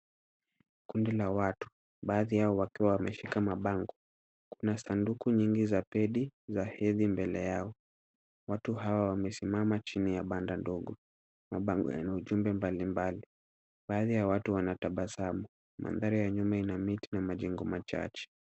Kundi la watu baadhi yao wakiwa wameshika mabango. Kuna sanduku nyingi za pedi za hedhi mbele yao. Watu hawa wamesimama chini ya banda ndogo. Mabango yana ujumbe mbalimbali. Baadhi ya watu wanatabasamu, mandhari ya nyuma ina miti na majengo machache.